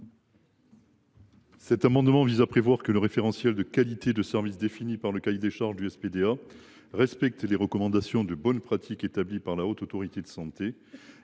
Cet amendement vise à prévoir que le référentiel de qualité de service défini par le cahier des charges du SPDA respecte les recommandations de bonnes pratiques établies par la Haute Autorité de santé.